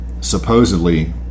supposedly